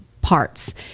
Parts